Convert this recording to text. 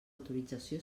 autorització